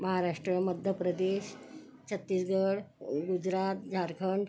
महाराष्ट्र मध्यप्रदेश छत्तीसगड ग गुजरात झारखंड